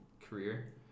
career